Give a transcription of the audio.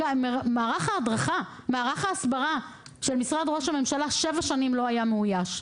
מערך ההסברה של משרד ראש הממשלה שבע שנים לא היה מאויש.